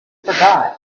forgot